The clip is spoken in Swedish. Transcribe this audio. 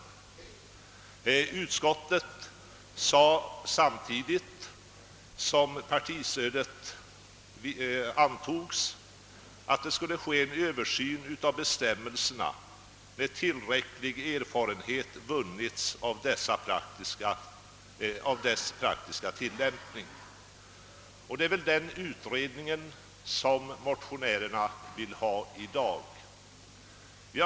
På utskottets hemställan beslöt riksdagen också att en översyn av systemets utformning skulle ske när tillräcklig erfarenhet vunnits av dess praktiska tillämpning. Denna översyn vill motionärerna tydligen ha redan nu.